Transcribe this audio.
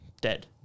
dead